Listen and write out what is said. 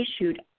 issued